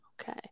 okay